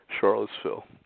Charlottesville